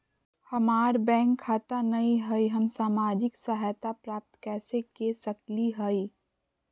हमार बैंक खाता नई हई, हम सामाजिक सहायता प्राप्त कैसे के सकली हई?